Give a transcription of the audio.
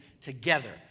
together